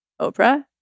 Oprah